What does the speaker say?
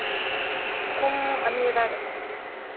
ꯄꯨꯡ ꯑꯅꯤ ꯑꯗꯥꯏꯗ